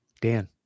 Dan